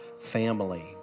family